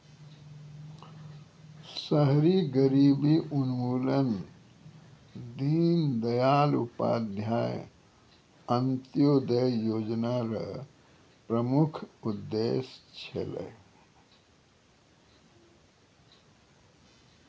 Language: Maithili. शहरी गरीबी उन्मूलन दीनदयाल उपाध्याय अन्त्योदय योजना र प्रमुख उद्देश्य छलै